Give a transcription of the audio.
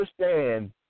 understand